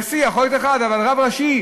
נשיא יכול להיות אחד, אבל רב ראשי,